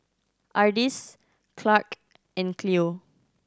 Ardis Clarke and Cleo